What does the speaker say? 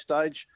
stage